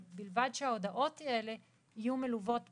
אבל בלבד שההודעות האלה יהיו מלוות בכתוביות.